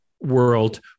world